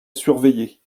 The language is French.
surveiller